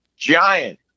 Giant